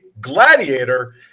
gladiator